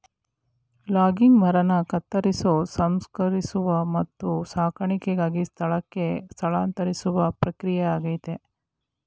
logging ಮರನ ಕತ್ತರಿಸೋ ಸಂಸ್ಕರಿಸುವ ಮತ್ತು ಸಾಗಣೆಗಾಗಿ ಸ್ಥಳಕ್ಕೆ ಸ್ಥಳಾಂತರಿಸುವ ಪ್ರಕ್ರಿಯೆಯಾಗಯ್ತೆ